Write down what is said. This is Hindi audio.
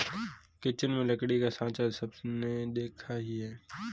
किचन में लकड़ी का साँचा सबने देखा ही है